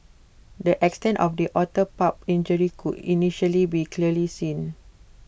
the extent of the otter pup's injury could initially be clearly seen